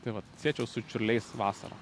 tai vat siečiau su čiurliais vasarą